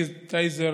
טייזר